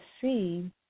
see